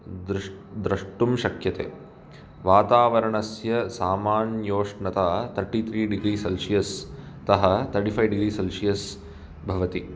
द्रुष् द्रष्टुं शक्यते वातावरणस्य सामान्योष्णता तर्टीत्रि डिग्री सेल्शियस् तः तर्टीफैव् डिग्री सेल्शियस् भवति